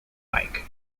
like